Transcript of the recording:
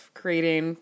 creating